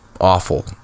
Awful